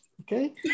Okay